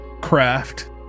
craft